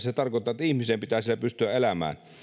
se tarkoittaa sitä että ihmisen pitää siellä pystyä elämään